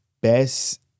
best